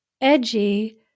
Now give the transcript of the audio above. edgy